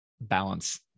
balance